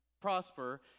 prosper